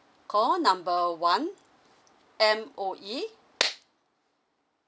call number one M_O_E